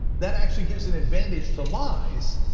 that actually gives it advantage to lies.